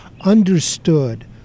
understood